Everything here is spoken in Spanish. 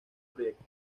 proyecto